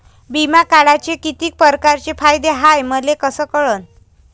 बिमा काढाचे कितीक परकारचे फायदे हाय मले कस कळन?